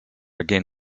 again